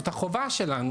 זאת החובה שלנו.